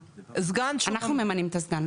אנחנו ממנים את הסגן.